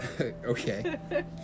Okay